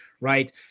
right